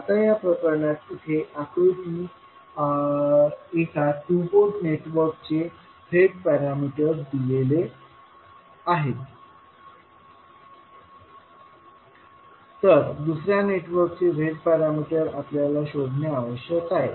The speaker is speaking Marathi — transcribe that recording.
आता या प्रकरणात इथे आकृती एका टू पोर्ट नेटवर्कचे z पॅरामीटर्स दिले आहेत तर दुसर्या नेटवर्कचे z पॅरामीटर आपल्याला शोधणे आवश्यक आहे